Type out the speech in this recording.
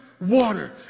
water